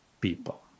people